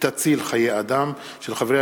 תוכן העניינים מסמכים שהונחו על שולחן